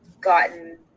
gotten